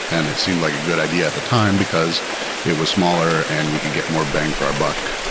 and it seemed like a good idea at the time, because it was smaller and we could get more bang for our buck.